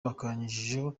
bakanyujijeho